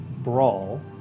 Brawl